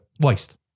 waste